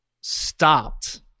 stopped